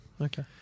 Okay